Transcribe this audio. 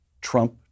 Trump